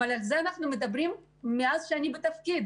על זה אנחנו מדברים מאז שאני בתפקיד,